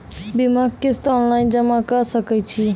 बीमाक किस्त ऑनलाइन जमा कॅ सकै छी?